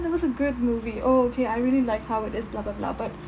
that was a good movie oh okay I really like how it is blah blah blah but